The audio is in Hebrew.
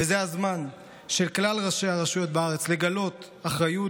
וזה הזמן של כלל ראשי הרשויות בארץ לגלות אחריות